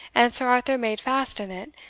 and sir arthur made fast in it,